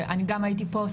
גם אני הייתי פה,